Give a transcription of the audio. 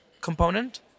component